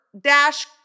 dash